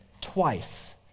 twice